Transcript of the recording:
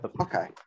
Okay